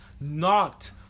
knocked